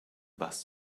bus